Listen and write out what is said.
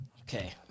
Okay